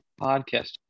podcast